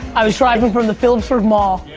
i was driving from the phillipsburg mall,